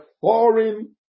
foreign